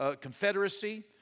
confederacy